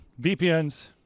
VPNs